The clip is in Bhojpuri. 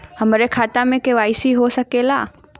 हमार खाता में के.वाइ.सी हो सकेला?